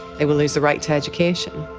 they will lose the right to education.